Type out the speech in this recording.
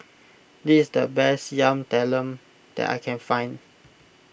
this is the best Yam Talam that I can find